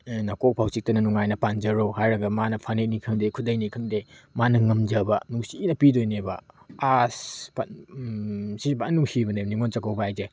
ꯅꯀꯣꯛ ꯐꯥꯎꯕ ꯆꯤꯛꯇꯅ ꯅꯨꯡꯉꯥꯏꯅ ꯄꯥꯟꯖꯔꯣ ꯍꯥꯏꯔꯒ ꯃꯥꯅ ꯐꯅꯦꯛꯅꯤ ꯈꯪꯗꯦ ꯈꯨꯗꯩꯅꯤ ꯈꯪꯗꯦ ꯃꯥꯅ ꯉꯝꯖꯕ ꯅꯨꯡꯁꯤꯅ ꯄꯤꯗꯣꯏꯅꯦꯕ ꯑꯁ ꯁꯤ ꯐꯟ ꯅꯨꯡꯁꯤꯕꯅꯦ ꯅꯤꯡꯉꯣꯜ ꯆꯥꯛꯀꯧꯕ ꯍꯥꯏꯁꯦ